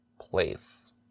place